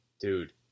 dude